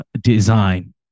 design